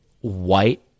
white